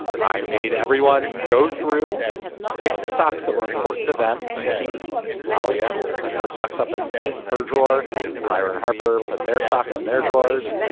i made everyone go through pick the socks that were important to them to keep ah malia put her socks up in her drawer layer and harper put their socks in their drawers.